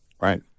Right